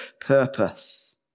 purpose